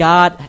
God